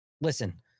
listen